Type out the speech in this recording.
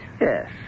Yes